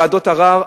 ועדות ערר,